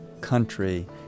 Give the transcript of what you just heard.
country